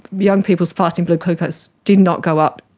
young people's fasting blood glucose did not go up.